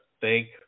thank